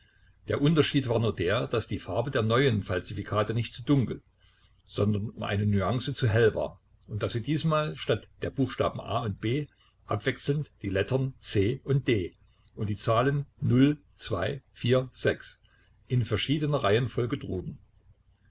der unterschied war nur der daß die farbe der neuen falsifikate nicht zu dunkel sondern um eine nuance zu hell war und daß sie diesmal statt der buchstaben a und b abwechselnd die lettern c und d und die zahlen in verschiedener reihenfolge trugen